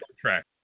track